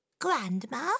Grandma